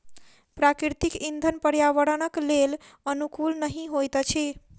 प्राकृतिक इंधन पर्यावरणक लेल अनुकूल नहि होइत अछि